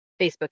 Facebook